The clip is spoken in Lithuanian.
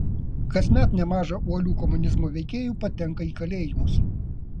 kasmet nemaža uolių komunizmo veikėjų patenka į kalėjimus